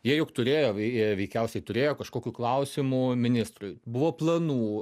jie juk turėjo jie veikiausiai turėjo kažkokių klausimų ministrui buvo planų